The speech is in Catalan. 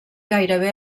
gairebé